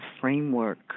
framework